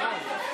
מה אתם,